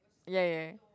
ya ya